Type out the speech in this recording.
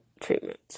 treatment